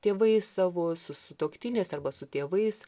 tėvais savo su sutuoktiniais arba su tėvais